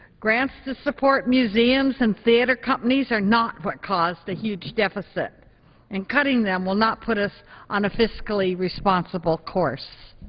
grants to support museums and theater companies are not what caused the huge deficit and cutting them will not put us on a fiscally responsible course.